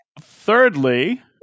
Thirdly